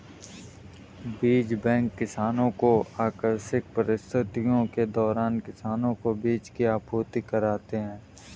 बीज बैंक किसानो को आकस्मिक परिस्थितियों के दौरान किसानो को बीज की आपूर्ति कराते है